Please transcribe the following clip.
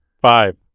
Five